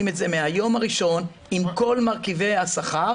את זה מהיום הראשון עם כל מרכיבי השכר,